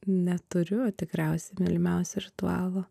neturiu tikriausiai mylimiausio ritualo